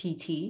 pt